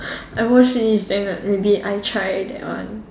I watch finish then uh maybe I try that one